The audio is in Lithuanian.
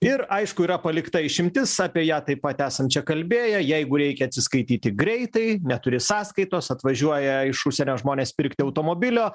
ir aišku yra palikta išimtis apie ją taip pat esam čia kalbėję jeigu reikia atsiskaityti greitai neturi sąskaitos atvažiuoja iš užsienio žmonės pirkti automobilio